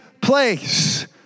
place